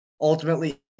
ultimately